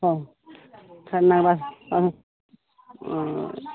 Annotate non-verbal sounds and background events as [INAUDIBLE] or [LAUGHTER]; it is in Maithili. हँ खरनाके बाद [UNINTELLIGIBLE] ओ